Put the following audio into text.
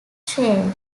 shale